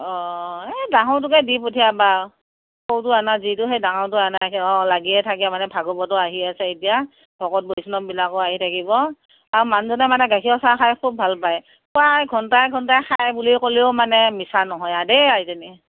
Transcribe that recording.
অঁ এই ডাঙৰটোকে দি পঠিয়াবা সৰুটো আনা যিটো সেই ডাঙৰটো আনাই একেই অঁ লাগিয়ে থাকে মানে ভাগৱতো আহি আছে এতিয়া ভকত বৈষ্ণৱবিলাকো আহি থাকিব আৰু মানুজনে মানে গাখীৰৰ চাহ খাই খুব ভাল পায় প্ৰায় ঘণ্টাই ঘণ্টাই খায় বুলি ক'লেও মানে মিছা নহয় আৰু দেই আইজনী